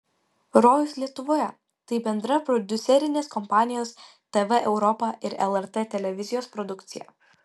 rojus lietuvoje tai bendra prodiuserinės kompanijos tv europa ir lrt televizijos produkcija